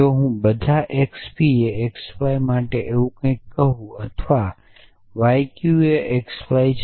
જો હું બધા xp એ xy માટે કંઈક એવું કહું છું અથવા yq એ xy છે